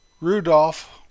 Rudolph